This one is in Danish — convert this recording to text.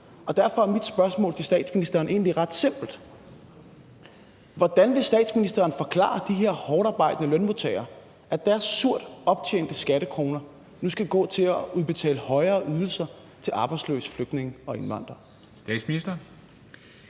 år. Derfor er mit spørgsmål til statsministeren egentlig ret simpelt: Hvordan vil statsministeren forklare de her hårdtarbejdende lønmodtagere, at deres surt optjente skattekroner nu skal gå til at udbetale højere ydelser til arbejdsløse flygtninge og indvandrere?